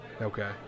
Okay